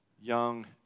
young